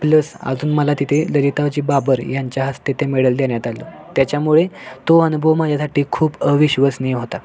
plus अजून मला तिथे ललिताजी बाबर यांच्या हस्ते ते मेडल देण्यात आलं त्याच्यामुळे तो अनुभव माझ्यासाठी खूप अविश्वसनीय होता